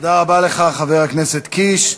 תודה רבה לך, חבר הכנסת קיש.